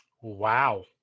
Wow